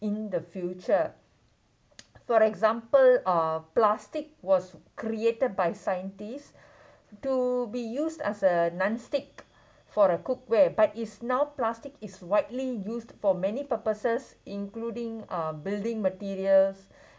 in the future for example uh plastic was created by scientists to be used as a non stick for a cookware but is now plastic is widely used for many purposes including uh building materials